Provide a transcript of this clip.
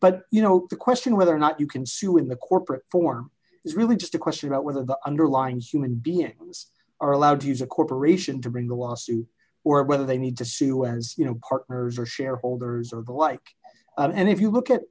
but you know the question whether or not you can sue in the corporate form is really just a question about whether the underlying human beings are allowed to use a corporation to bring a lawsuit or whether they need to sue as you know partners or shareholders or the like and if you look at